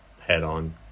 head-on